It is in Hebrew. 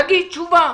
להגיד תשובה: